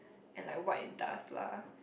and like what it does lah